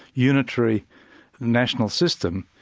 unitary national system,